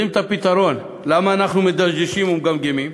יודעים את הפתרון, למה אנחנו מדשדשים ומגמגמים?